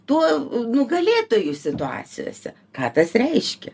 tuo nugalėtoju situacijose ką tas reiškia